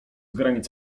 granic